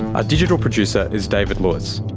our digital producer is david lewis.